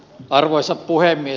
arvoisa puhemies